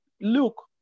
Luke